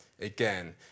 again